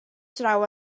draw